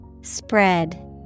Spread